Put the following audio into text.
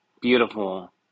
Beautiful